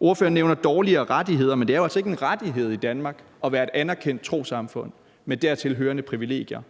Ordføreren nævner dårligere rettigheder, men det er jo altså ikke en rettighed i Danmark at være et anerkendt trossamfund med dertilhørende privilegier,